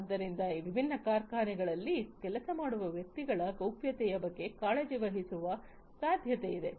ಆದ್ದರಿಂದ ಈ ವಿಭಿನ್ನ ಕಾರ್ಖಾನೆಗಳಲ್ಲಿ ಕೆಲಸ ಮಾಡುವ ವ್ಯಕ್ತಿಗಳ ಗೌಪ್ಯತೆಯ ಬಗ್ಗೆ ಕಾಳಜಿ ವಹಿಸುವ ಸಾಧ್ಯತೆಯಿದೆ